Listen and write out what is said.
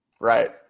Right